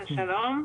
שלום,